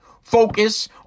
focus